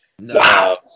Wow